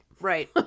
Right